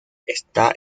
está